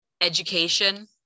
education